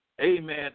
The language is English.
amen